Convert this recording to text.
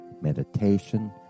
meditation